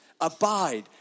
Abide